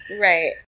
Right